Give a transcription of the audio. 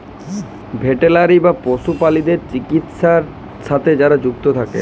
veterinary বা পশু প্রালিদ্যার চিকিৎছার সাথে যারা যুক্ত থাক্যে